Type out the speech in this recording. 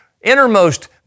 innermost